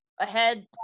ahead